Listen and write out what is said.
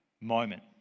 moment